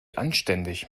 anständig